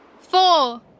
four